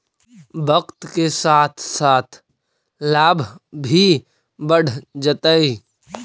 वक्त के साथ साथ लाभ भी बढ़ जतइ